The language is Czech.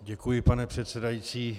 Děkuji, pane předsedající.